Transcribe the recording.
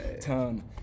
tone